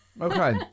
okay